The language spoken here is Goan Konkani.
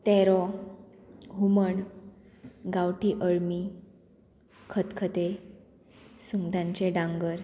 तेरो हुमण गांवठी अळमी खतखतें सुंगटांचें डांगर